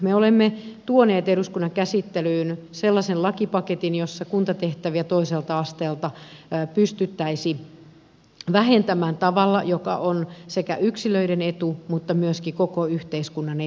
me olemme tuoneet eduskunnan käsittelyyn sellaisen lakipaketin jossa kuntatehtäviä toiselta asteelta pystyttäisiin vähentämään tavalla joka on sekä yksilöiden etu että myöskin koko yhteiskunnan etu